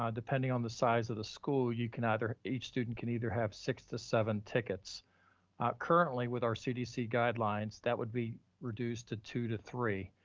depending on the size of the school, you can either each student can either have six to seven tickets currently with our cdc guidelines. that would be reduced to two to three.